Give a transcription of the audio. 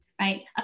right